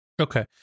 Okay